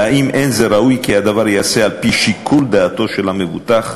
ואם אין זה ראוי כי הדבר ייעשה על-פי שיקול דעתו של המבוטח,